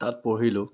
তাত পঢ়িলোঁ